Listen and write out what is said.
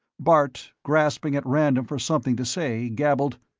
bart, grasping at random for something to say, gabbled,